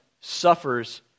suffers